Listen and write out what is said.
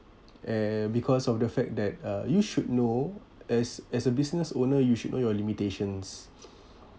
and because of the fact that uh you should know as as a business owner you should know your limitations